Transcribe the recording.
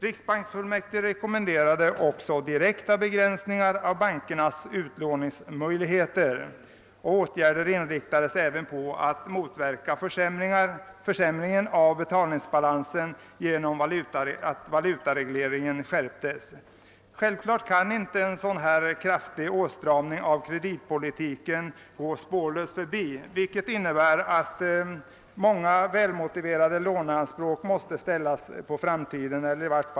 Riksbanksfullmäktige rekommenderade direkta begränsningar av bankernas utlåningsmöjligheter, och åtgärder inriktades även på att motverka försämringen av betalningsbalansen genom att valutaregleringen skärptes. Naturligtvis kan en så kraftig åtstramning i kreditpolitiken inte gå spårlöst förbi; många välmotiverade låneanspråk måste skjutas på framtiden.